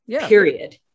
period